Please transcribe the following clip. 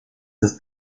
des